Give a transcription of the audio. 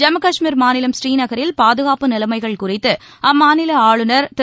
ஜம்மு காஷ்மீர் மாநிலம் பூரீநகரில் பாதுகாப்பு நிலைமைகள் குறித்து மாநில ஆளுநர் திரு